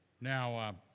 Now